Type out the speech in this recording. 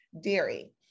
dairy